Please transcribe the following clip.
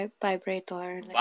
Vibrator